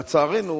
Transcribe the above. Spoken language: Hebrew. לצערנו,